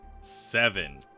Seven